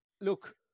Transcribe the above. look